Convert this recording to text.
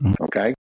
okay